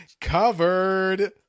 Covered